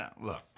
Look